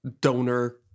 donor